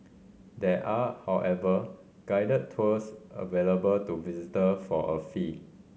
there are however guided tours available to visitor for a fee